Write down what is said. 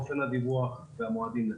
אופן הדיווח והמועדים לכך.